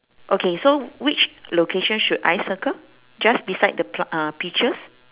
okay so which location should I circle just beside the pl~ uh peaches